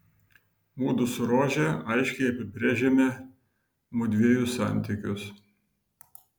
mudu su rože aiškiai apibrėžėme mudviejų santykius